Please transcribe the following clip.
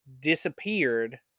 disappeared